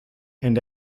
and